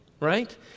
right